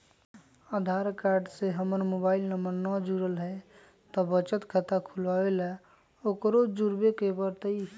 आधार card से हमर mobile number न जुरल है त बचत खाता खुलवा ला उकरो जुड़बे के पड़तई?